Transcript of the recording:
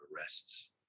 arrests